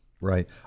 Right